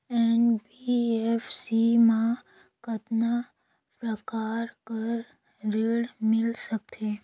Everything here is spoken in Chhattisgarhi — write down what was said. एन.बी.एफ.सी मा कतना प्रकार कर ऋण मिल सकथे?